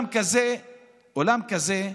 אולם כזה,